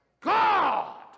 God